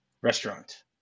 Restaurant